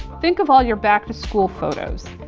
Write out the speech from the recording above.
think of all your back-to-school photos,